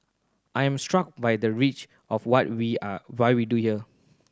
I am struck by the reach of what we are what we do here